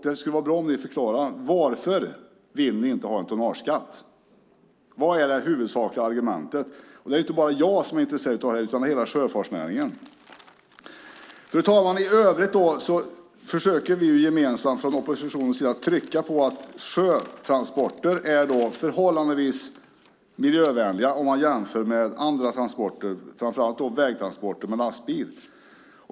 Det skulle vara bra om ni ville förklara: Varför vill ni inte ha en tonnageskatt? Vilket är det huvudsakliga argumentet? Det är inte bara jag som är intresserad av detta utan hela sjöfartsnäringen. Fru talman! I övrigt försöker vi från oppositionens sida gemensamt trycka på att sjötransporter är förhållandevis miljövänliga jämfört med andra transporter, framför allt vägtransporter med lastbil.